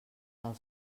del